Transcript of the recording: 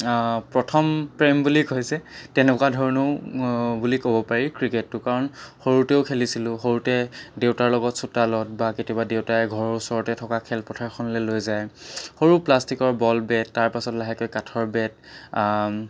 প্ৰথম প্ৰেম বুলি কয় যে তেনেকুৱা ধৰণেও বুলি ক'ব পাৰি ক্ৰিকেটটো কাৰণ সৰুতেও খেলিছিলোঁ সৰুতে দেউতাৰ লগত চোতালত বা কেতিয়াবা দেউতাই ঘৰৰ ওচৰতে থকা খেল পথাৰখনলৈ লৈ যায় সৰু প্লাষ্টিকৰ বল বেট তাৰপিছত লাহেকৈ কাঠৰ বেট